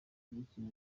yakira